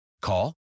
Call